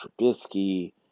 Trubisky